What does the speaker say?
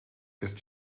ist